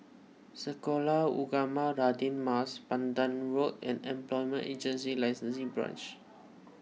Sekolah Ugama Radin Mas Pandan Road and Employment Agency Licensing Branch